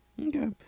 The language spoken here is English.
okay